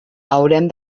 haurem